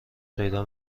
پیدا